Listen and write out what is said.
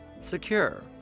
Secure